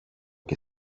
και